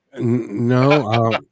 No